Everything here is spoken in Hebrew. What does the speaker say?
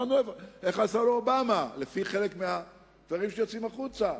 איך עשה לו אובמה, לפי חלק מהדברים שיוצאים החוצה?